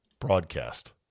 broadcast